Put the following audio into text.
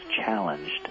challenged